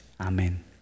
Amen